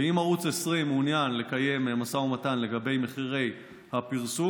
ואם ערוץ 20 מעוניין לקיים משא ומתן לגבי מחירי הפרסום,